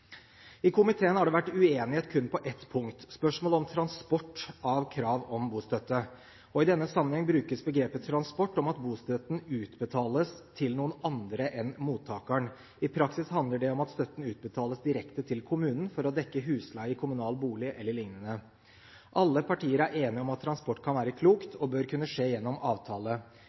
I komiteen har det vært uenighet kun på ett punkt: spørsmålet om transport av krav om bostøtte. I denne sammenhengen brukes begrepet «transport» om at bostøtten utbetales til noen andre enn mottakeren. I praksis handler det om at støtten utbetales direkte til kommunen for å dekke husleie i kommunal bolig e.l. Alle partier er enige om at transport kan være klokt og bør kunne skje gjennom avtale.